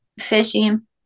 fishing